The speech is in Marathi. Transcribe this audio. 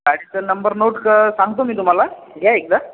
ॲक्सल नंबर नोट क सांगतो मी तुम्हाला घ्या एकदा